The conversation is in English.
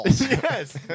Yes